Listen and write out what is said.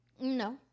No